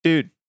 Dude